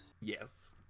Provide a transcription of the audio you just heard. Yes